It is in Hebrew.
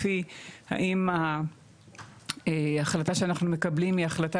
לפי אם ההחלטה שאנחנו מקבלים היא החלטה